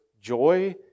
joy